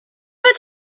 wanna